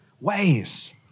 ways